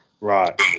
Right